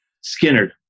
Skinner